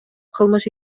кылмыш